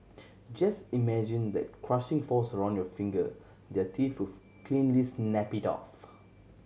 just imagine that crushing force around your finger their teeth cleanly snap it off